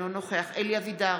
אינו נוכח אלי אבידר,